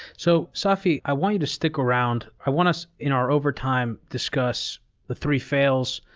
so, safi, i want you to stick around. i want us, in our overtime, discuss the three fails,